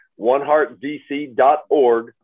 OneHeartDC.org